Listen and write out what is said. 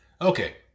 Okay